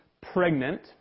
pregnant